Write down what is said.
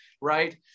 right